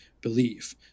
believe